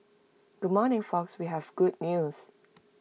good morning folks we have good news